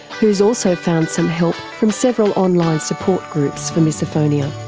who's also found some help from several online support groups for misophonia.